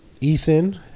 Ethan